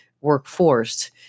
workforce